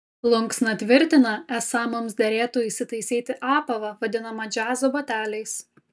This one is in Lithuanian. plunksna tvirtina esą mums derėtų įsitaisyti apavą vadinamą džiazo bateliais